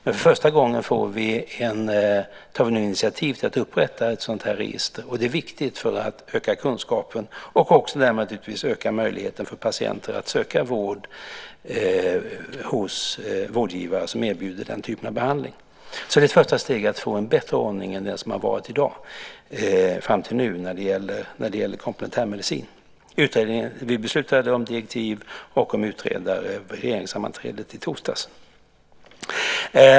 Men för första gången tar vi nu initiativ till att upprätta ett sådant här register, och det är viktigt för att öka kunskapen och också öka möjligheten för patienter att söka vård hos vårdgivare som erbjuder den typen av behandling. Det är ett första steg i att få en bättre ordning än den behandling som har varit fram till nu när det gäller komplementärmedicin. Vi beslutade om direktiv och om utredare på regeringssammanträdet i torsdags.